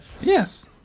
Yes